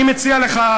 אני מציע לך,